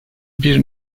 bir